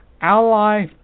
ally